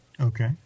okay